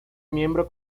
miembro